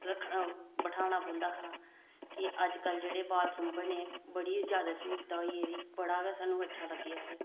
बठाना पौंदा हा कि अजकल जेह्ड़े बाथरूम बने बड़ी ज्यादा स्हूलता होई गेदी बड़ा गै सानू अच्छा लग्गेआ